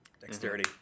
Dexterity